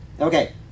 Okay